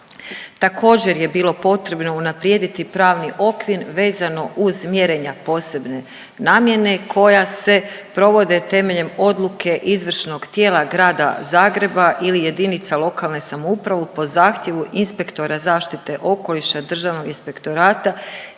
Također je bilo potrebno unaprijediti pravni okvir vezano uz mjerenja posebne namjene koja se provode temeljem odluke izvršnog tijela grada Zagreba ili jedinica lokalne samouprave po zahtjevu inspektora zaštite okoliša Državnog inspektorata